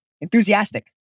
enthusiastic